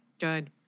Good